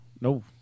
no